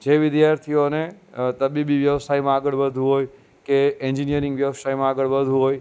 જે વિદ્યાર્થીઓને તબીબી વ્યવસાયમાં આગળ વધવું હોય કે એંજીનીયરિંગ વ્યવસાયમાં આગળ વધવું હોય